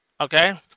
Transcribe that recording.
Okay